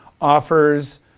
offers